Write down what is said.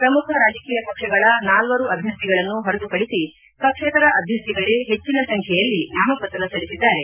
ಪ್ರಮುಖ ರಾಜಕೀಯ ಪಕ್ಷಗಳ ನಾಲ್ವರು ಅಭ್ಯರ್ಥಿಗಳನ್ನು ಹೊರತುಪಡಿಸಿ ಪಕ್ಷೇತರ ಅಭ್ಯರ್ಥಿಗಳೇ ಪೆಚ್ಚಿನ ಸಂಖ್ಯೆಯಲ್ಲಿ ನಾಮಪತ್ರ ಸಲ್ಲಿಸಿದ್ದಾರೆ